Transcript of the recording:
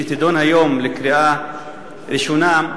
שתידון היום לקראת קריאה ראשונה,